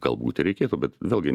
galbūt ir reikėtų bet vėlgi